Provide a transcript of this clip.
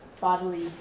bodily